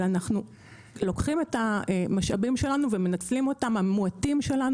אבל אנחנו לוקחים את המשאבים המועטים שלנו